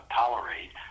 tolerate